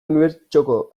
unibertsoko